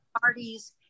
parties